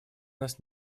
нас